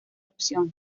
opción